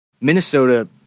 Minnesota